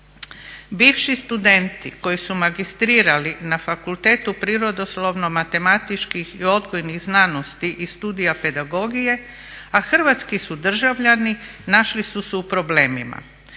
Bivši studenti koji su magistrirali na Fakultetu prirodoslovno-matematičkih i odgojnih znanosti iz studija pedagogije a hrvatski su državljani našli su se u problemima.